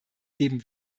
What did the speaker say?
geben